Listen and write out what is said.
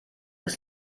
ist